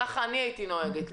כך אני הייתי נוהגת.